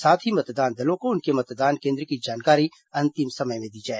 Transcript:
साथ ही मतदान दलों को उनके मतदान केन्द्र की जानकारी अंतिम समय में दी जाए